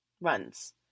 runs